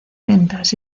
ventas